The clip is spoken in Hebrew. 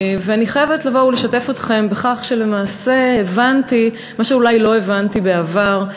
ואני חייבת לבוא ולשתף אתכם בכך שלמעשה הבנתי מה שאולי לא הבנתי בעבר,